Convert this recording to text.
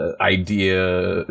idea